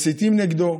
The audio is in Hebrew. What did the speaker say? מסיתים נגדו.